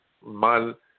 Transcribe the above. mal